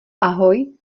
ahoj